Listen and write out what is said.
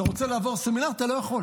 אתה רוצה לעבור סמינר, אתה לא יכול.